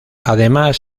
además